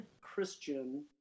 Christian